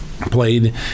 played